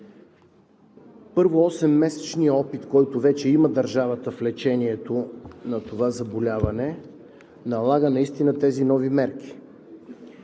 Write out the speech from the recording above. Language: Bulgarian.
Първо, 8-месечният опит, който вече има държавата в лечението на това заболяване, налага наистина тези нови мерки.